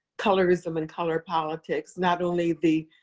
colorism, and color politics. not only the